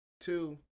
Two